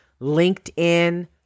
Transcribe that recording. LinkedIn